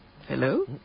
hello